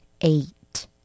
Eight